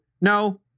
no